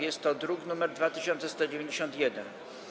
Jest to druk nr 2191.